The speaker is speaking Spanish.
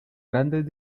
grandes